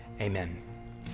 amen